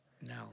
No